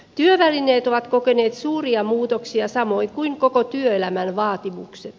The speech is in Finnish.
työvälineet ovat kokeneet suuria muutoksia samoin kuin koko työelämän vaatimukset